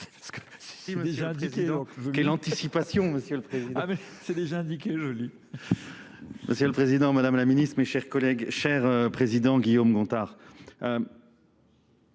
le rapporteur. Quelle anticipation monsieur le Président ! C'est déjà indiqué, je l'ai. Monsieur le Président, Madame la Ministre, mes chers collègues, cher Président Guillaume Gontard.